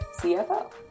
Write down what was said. CFO